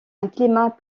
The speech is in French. climat